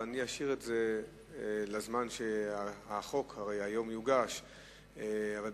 אבל אשאיר את זה לזמן החוק הרי יוגש היום,